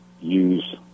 use